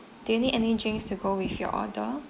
do you need any drinks to go with your order